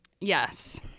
Yes